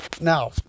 Now